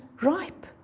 ripe